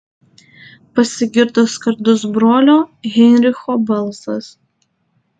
pasigirdo skardus brolio heinricho balsas